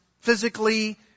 physically